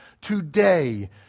today